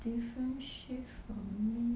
different shift for me